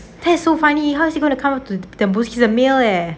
!hey! so funny how is he gonna come up to the boosted the male eh